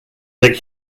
that